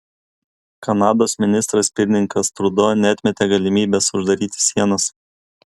kanados ministras pirmininkas trudo neatmetė galimybės uždaryti sienas